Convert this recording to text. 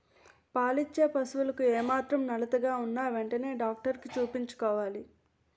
పాలిచ్చే పశువులకు ఏమాత్రం నలతగా ఉన్నా ఎంటనే డాక్టరికి చూపించుకోవాలి